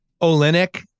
Olenek